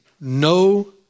no